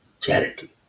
charity